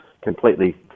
completely